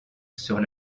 sur